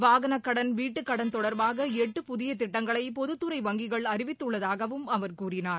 வாகனக் கடன் வீட்டுக் கடன் தொடர்பாக எட்டு புதிய திட்டங்களை பொதுத் துறை வங்கிகள் அறிவித்துள்ளதாகவும் அவர் கூறினார்